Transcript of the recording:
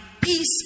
peace